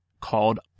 called